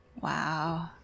Wow